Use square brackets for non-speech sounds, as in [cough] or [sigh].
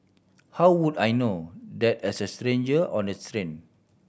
how would I know that as a stranger on the [unintelligible] train